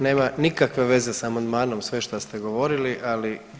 Nema nikakve veze s amandmanom, sve što ste govorili, ali.